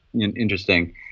interesting